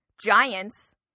giants